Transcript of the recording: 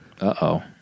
uh-oh